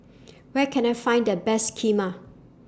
Where Can I Find The Best Kheema